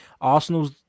Arsenal's